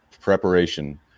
preparation